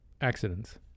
accidents